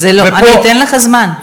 אני אתן לך זמן.